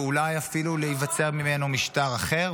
ואולי אפילו להיווצר ממנו משטר אחר,